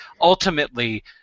Ultimately